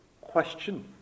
question